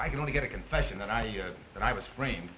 i can only get a confession that i and i was frame